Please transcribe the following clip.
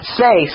say